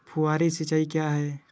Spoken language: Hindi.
फुहारी सिंचाई क्या है?